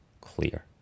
clear